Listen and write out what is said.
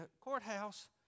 courthouse